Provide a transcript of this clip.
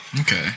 Okay